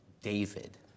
David